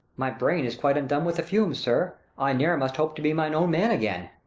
my brain is quite undone with the fume, sir, i ne'er must hope to be mine own man again.